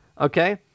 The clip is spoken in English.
okay